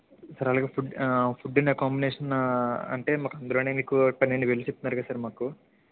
sir అలాగే food food and accommodation అంటే మాకు ముందుగానే మీకు పన్నెండు వేలు చెప్తున్నారు కదా సార్ మాకు